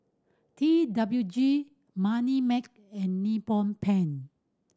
T W G Moneymax and Nippon Paint